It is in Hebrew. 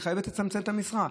היא חייבת לצמצם את המשרה.